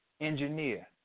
engineer